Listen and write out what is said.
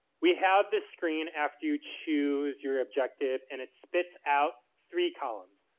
we have this screen after you choose your objective, and it spits out three columns.